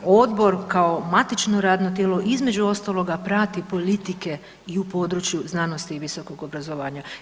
Odbor kao matično radno tijelo između ostaloga prati politike i u području znanosti i visokog obrazovanja.